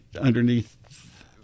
underneath